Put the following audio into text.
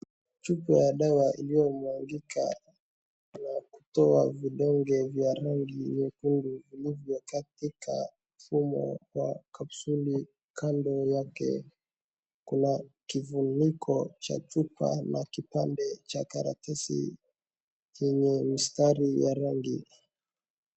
Chupa ya dawa iliyomwagika na kutoa vidonge vya rangi nyekundu vilivyo katika mfumo wa kapsuli, kando yake kuna kifuniko cha chupa na kipande cha karatasi chenye mistari ya rangi.